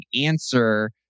answer